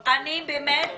מפורסם.